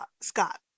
Scott